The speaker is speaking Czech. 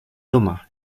doma